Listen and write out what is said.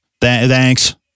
thanks